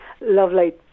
Lovely